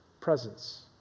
presence